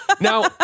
Now